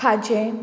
खाजें